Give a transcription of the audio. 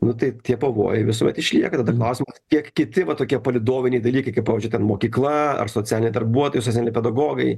nu tai tie pavojai visuomet išlieka tada klausimas kiek kiti va tokie palydoviniai dalykai kaip pavyzdžiui ten mokykla ar socialiniai darbuotojai socialiniai pedagogai